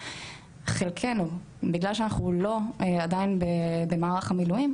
חלקנו בגלל שאנחנו לא עדיין במערך המילואים,